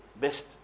best